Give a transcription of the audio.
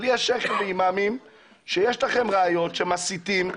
אבל יש שייח'ים ואימאמים שיש לכם ראיות שהם מסיתים,